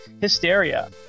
hysteria